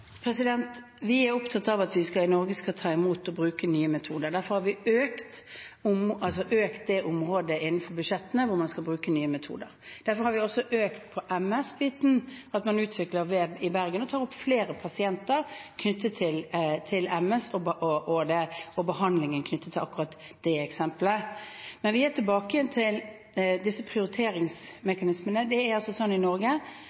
Vi er opptatt av at vi i Norge skal ta imot og bruke nye metoder. Derfor har vi økt budsjettene innenfor det området hvor man skal bruke nye metoder. Og derfor har vi også økt på MS-biten, hvor man utvikler vev i Bergen og tar inn flere pasienter knyttet til MS og behandling knyttet til akkurat det eksempelet. Men vi er tilbake igjen til disse prioriteringsmekanismene. Det er fortsatt slik i Norge